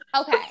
okay